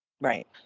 Right